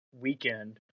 weekend